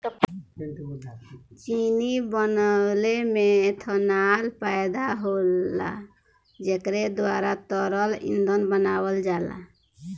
चीनी बनवले में एथनाल पैदा होला जेकरे द्वारा तरल ईंधन बनावल जाला